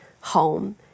home